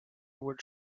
would